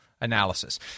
analysis